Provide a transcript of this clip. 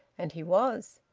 and he was.